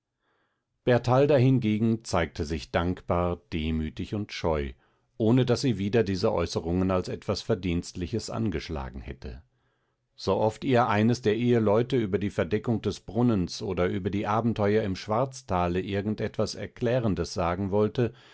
bertalda hingegen zeigte sich dankbar demütig und scheu ohne daß sie wieder diese äußerungen als etwas verdienstliches angeschlagen hätte sooft ihr eines der eheleute über die verdeckung des brunnens oder über die abenteuer im schwarztale irgend etwas erklärendes sagen wollte